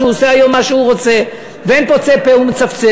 שהוא עושה היום מה שהוא רוצה ואין פוצה פה ומצפצף.